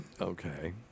Okay